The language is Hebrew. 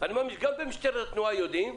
גם במשטרת התנועה יודעים